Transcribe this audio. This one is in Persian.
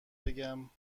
بگم